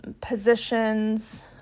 positions